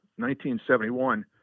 1971